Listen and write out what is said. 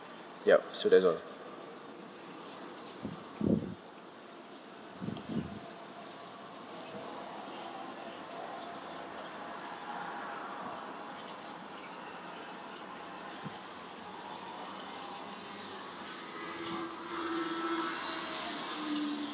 yup so that's all